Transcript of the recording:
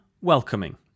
welcoming